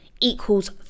equals